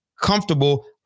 comfortable